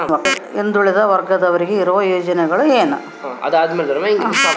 ಹಿಂದುಳಿದ ವರ್ಗದವರಿಗೆ ಇರುವ ಯೋಜನೆಗಳು ಏನು?